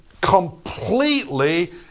completely